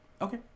Okay